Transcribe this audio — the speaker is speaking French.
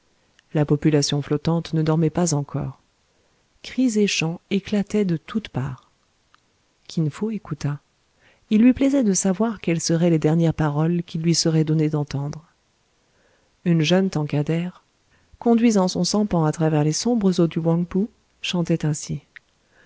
la population flottante ne dormait pas encore cris et chants éclataient de toutes parts kin fo écouta il lui plaisait de savoir quelles seraient les dernières paroles qu'il lui serait donné d'entendre une jeune tankadère conduisant son sampan à travers les sombres eaux de houang pou chantait ainsi